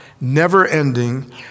never-ending